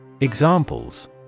Examples